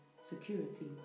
security